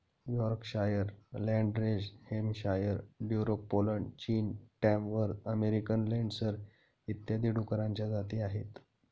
Yorkshire, Landrace Hampshire, Duroc Poland, चीन, Tamworth American Landrace इत्यादी डुकरांच्या जाती आहेत